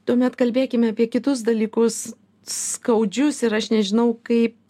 tuomet kalbėkime apie kitus dalykus skaudžius ir aš nežinau kaip